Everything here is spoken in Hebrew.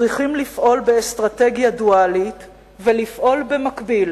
צריכים לפעול באסטרטגיה דואלית ולפעול במקביל